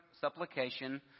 supplication